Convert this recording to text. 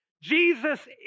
Jesus